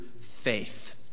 faith